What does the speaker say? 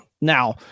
now